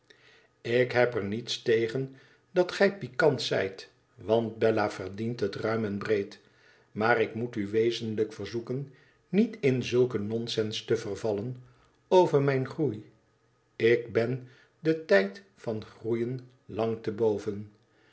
ik heb er niets tegen dat gij pikant zijt want bella verdient het ruim en breed maar ik moet u wezenlijk verzoeken niet in zulken nonsens te vervallen over mijn groei ik ben den tijd van groeien lang te boven